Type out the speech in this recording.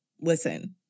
listen